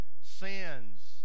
sins